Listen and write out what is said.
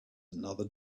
another